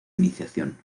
iniciación